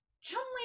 Chumley